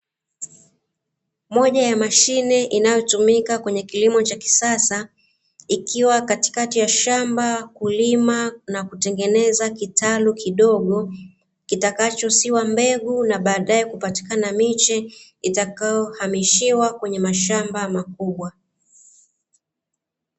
Moja ya mashine inayotumika kwenye kilimo cha kisasa, ikiwa katikati ya shamba kulima na kutengeneza kitalu kidogo, kitakacho siwa mbegu na baadae kupatikana miche itakayohamishiwa kwenye mashamba makubwa.